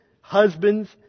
husbands